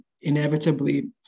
inevitably